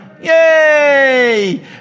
yay